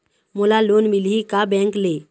मोला लोन मिलही का बैंक ले?